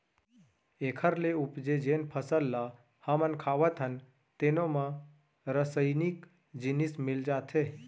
एखर ले उपजे जेन फसल ल हमन खावत हन तेनो म रसइनिक जिनिस मिल जाथे